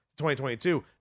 2022